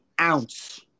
ounce